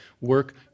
work